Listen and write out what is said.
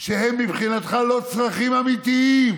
שהם מבחינתך לא צרכים אמיתיים,